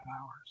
hours